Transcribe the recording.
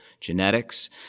genetics